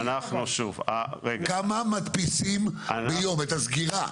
כמה מדפיסים ביום את הסגירה?